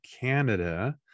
Canada